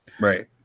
right